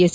S